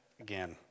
again